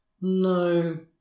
No